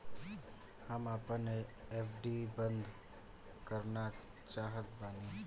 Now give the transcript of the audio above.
हम आपन एफ.डी बंद करना चाहत बानी